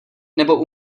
nebo